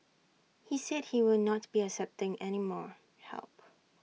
he said he will not be accepting any more help